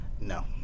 No